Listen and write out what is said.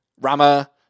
Rama